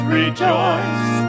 rejoice